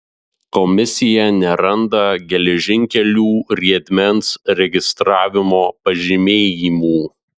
komisija neranda geležinkelių riedmens registravimo pažymėjimų